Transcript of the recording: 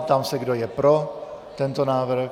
Ptám se, kdo je pro tento návrh.